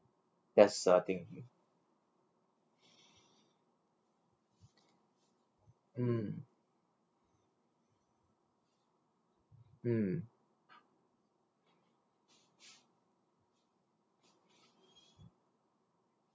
yes I think mm mm